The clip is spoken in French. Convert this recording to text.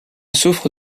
souffre